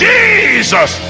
Jesus